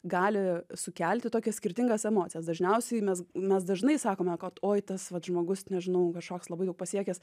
gali sukelti tokias skirtingas emocijas dažniausiai mes mes dažnai sakome kad oi tas vat žmogus nežinau kažkoks labai jau pasiekęs